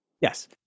yes